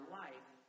life